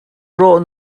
rawh